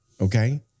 Okay